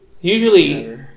Usually